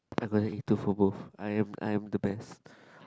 I got an A two for both I am I am the best